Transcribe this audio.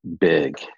big